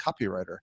copywriter